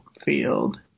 field